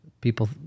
people